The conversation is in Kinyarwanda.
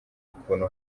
ukuntu